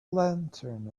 lantern